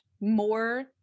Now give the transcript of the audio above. more